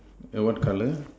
yeah what colour